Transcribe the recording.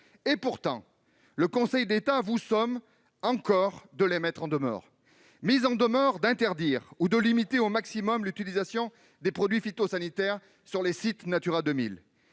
Et pourtant, le Conseil d'État vous somme encore de les mettre en demeure : mise en demeure d'interdire, ou de limiter au maximum, l'utilisation des produits phytosanitaires sur les sites Natura 2000